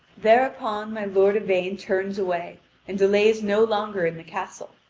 thereupon my lord yvain turns away and delays no longer in the castle.